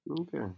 Okay